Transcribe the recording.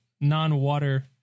non-water